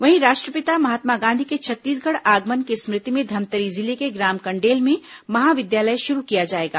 वहीं राष्ट्रपिता महात्मा गांधी के छत्तीसगढ़ आगमन की स्मृति में धमतरी जिले के ग्राम कंडेल में महाविद्यालय शुरू किया जायेगा